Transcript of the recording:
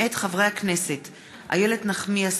מאת חברי הכנסת איילת נחמיאס